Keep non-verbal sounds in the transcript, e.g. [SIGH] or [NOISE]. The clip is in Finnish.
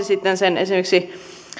[UNINTELLIGIBLE] sitten kauaksi esimerkiksi